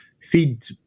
feed